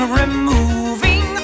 removing